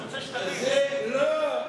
לא,